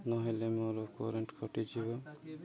ନ ହେଲେ ମୋର କରେଣ୍ଟ୍ କଟିଯିବ